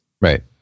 Right